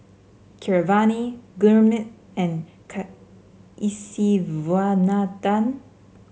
Keeravani Gurmeet and Kasiviswanathan